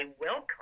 welcome